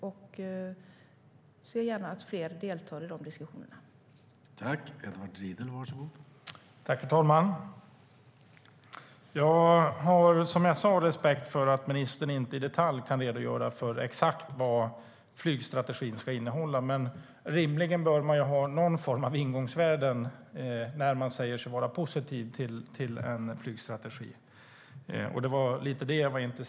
Jag ser gärna att fler deltar i de diskussionerna.